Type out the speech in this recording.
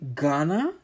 Ghana